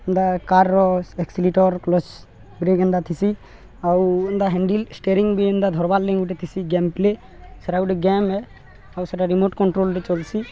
ଏନ୍ତା କାର୍ର accelerator clutch brake ଏନ୍ତା ଥିସି ଆଉ ଏନ୍ତା ହ ହେଣ୍ଡିଲ୍ ଷ୍ଟ୍ରିଅରିଂ ବି ଏନ୍ତା ଧରବାର୍ ଲାଗି ଗୋଟେ ଥିସି ଗେମ୍ ପ୍ଲେ ସେଇଟା ଗୋଟେ ଗେମ୍ ଆଉ ସେଟା ରିମୋଟ କଣ୍ଟ୍ରୋଲରେେ ଚଲ୍ସି